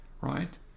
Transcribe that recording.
Right